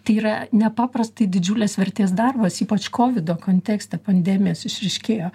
tai yra nepaprastai didžiulės vertės darbas ypač kovido kontekste pandemijos išryškėjo